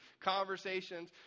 conversations